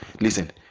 listen